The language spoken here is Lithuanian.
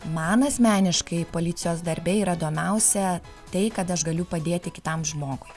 man asmeniškai policijos darbe yra įdomiausia tai kad aš galiu padėti kitam žmogui